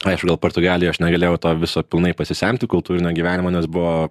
aišku gal portugalija aš negalėjau to viso pilnai pasisemti kultūrinio gyvenimo nes buvo